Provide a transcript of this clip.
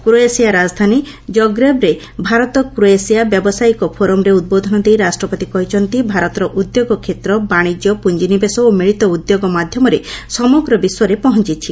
Croatia ରାଜଧାନୀ ଜଗ୍ରେବରେ Bharat Croatia ବ୍ୟବସାୟିକ ଫୋରମରେ ଉଦ୍ବୋଧନ ଦେଇ ରାଷ୍ଟପତି କହିଛନ୍ତି ଭାରତର ଉଦ୍ୟୋଗ କ୍ଷେତ୍ର ବାଶିଜ୍ୟ ପ୍ରଞ୍ଜିନିବେଶ ଓ ମିଳିତ ଉଦ୍ୟୋଗ ମାଧ୍ୟମରେ ସମଗ୍ର ବିଶ୍ୱରେ ପହଞ୍ଚିଛି